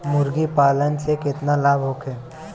मुर्गीपालन से केतना लाभ होखे?